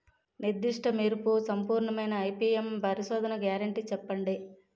నిర్దిష్ట మెరుపు సంపూర్ణమైన ఐ.పీ.ఎం పరిశోధన గ్యారంటీ చెప్పండి?